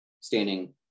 standing